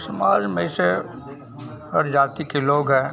समाज में से हर जाती के लोग हैं